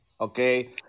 Okay